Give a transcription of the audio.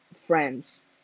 friends